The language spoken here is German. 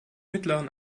mittleren